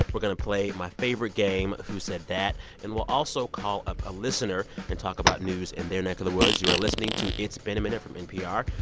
we're going to play my favorite game, who said that. and we'll also call up a listener and talk about news in their neck of the woods. you are listening to it's been a minute from npr.